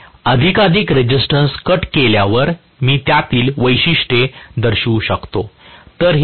मी अधिकाधिक resistance cut केल्यावर मी त्यातील वैशिष्ट्ये दर्शवू शकतो